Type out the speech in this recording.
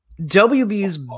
wb's